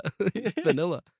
vanilla